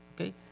okay